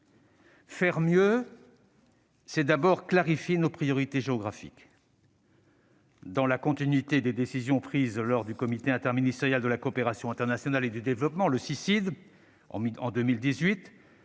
Faire mieux, c'est d'abord clarifier nos priorités géographiques. Dans la continuité des décisions prises lors du comité interministériel de la coopération internationale et du développement, le Cicid, en 2018,